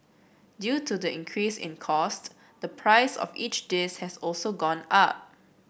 due to the increase in cost the price of each dish has also gone up